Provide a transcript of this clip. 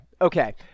Okay